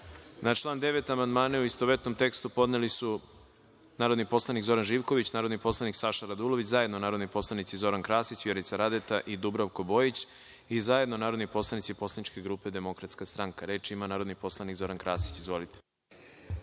Ne. Na član 9. amandmane, u istovetnom tekstu, podneli su narodni poslanik Zoran Živković, narodni poslanik Saša Radulović, zajedno narodni poslanici Zoran Krasić, Vjerica Radeta i Dubravko Bojić i zajedno narodni poslanici poslaničke grupe Demokratska stranka. Reč ima narodni poslanik Zoran Krasić. Izvolite.